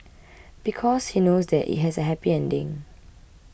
because he knows that it has a happy ending